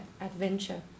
adventure